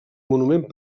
monument